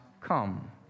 come